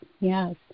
yes